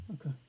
Okay